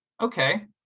Okay